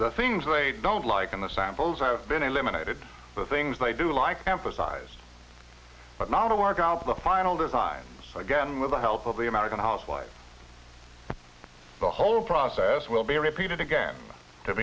the things they don't like in the samples i have been eliminated the things they do like emphasized but not all work out of the final design so again with the help of the american housewife the whole process will be repeated again to